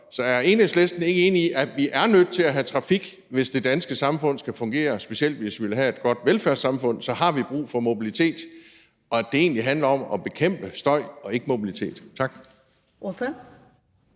Så er Enhedslisten ikke enig i, at vi er nødt til at have trafik, hvis det danske samfund skal fungere, og at vi, specielt hvis vi vil have et godt velfærdssamfund, har brug for mobilitet, og at det egentlig handler om at bekæmpe støj og ikke mobilitet? Tak.